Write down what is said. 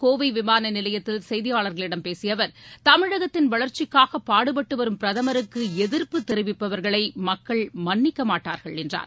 கோவை விமான நிலையத்தில் செய்தியாளர்களிடம் பேசிய அவர் தமிழகத்தின் நேற்று வளர்ச்சிக்காக பாடுபட்டு வரும் பிரதமருக்கு எதிர்ப்பு தெரிவிப்பவர்களை மக்கள் மன்னிக்க மாட்டார்கள் என்றார்